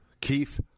Keith